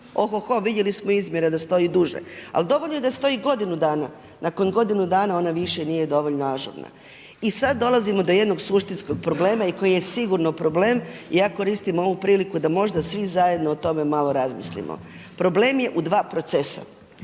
ho ho vidjeli smo izmjene da stoji i duže. Ali dovoljno je da stoji i godinu dana, nakon godinu dana ona više nije dovoljno ažurna. I sada dolazimo do jednog suštinskog problema i koji je sigurno problem i ja koristim ovu priliku da možda svi zajedno o tome malo razmislimo. Problem je u dva procesa.